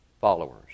followers